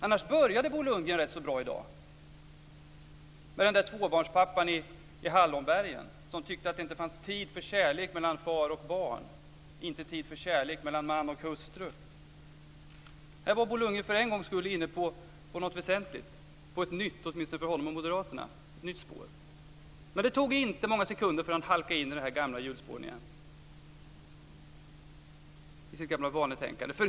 Annars började Bo Lundgren rätt bra i dag, med tvåbarnspappan i Hallonbergen som tyckte att det inte fanns tid för kärlek mellan far och barn och inte tid för kärlek mellan man och hustru. Där var Bo Lundgren för en gångs skull inne på något väsentligt, på ett nytt spår, åtminstone för honom och Moderaterna. Men det tog inte många sekunder förrän han halkade in på de gamla hjulspåren igen, i sitt gamla vanetänkande.